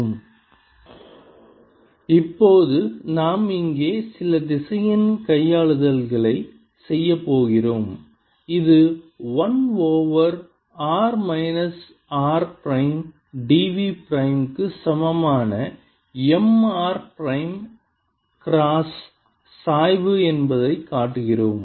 dAr04πMrdV×r rr r3 Ar04πMr×r rr r3dV இப்போது நாம் இங்கே சில திசையன் கையாளுதல்களைச் செய்யப் போகிறோம் இது 1 over r minus r prime dv prime இக்கு சமமான M r பிரைம் கிராஸ் சாய்வு என்பதைக் காட்டுகிறோம்